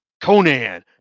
Conan